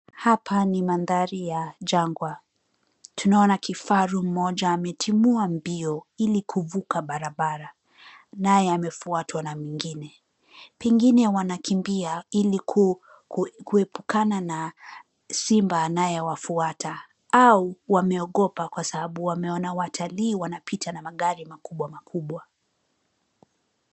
Hapa ni mandhari ya jangwa. Tunaona kifaru mmoja ametimua mbio, ili kuvuka barabara, naye amefuatwa na mwingine. Pengine wanakimbia ili kuepukana na simba anayewafuata, au wameogopa kwa sababu wameona watalii wanapita na magari makubwa makubwa.